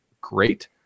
great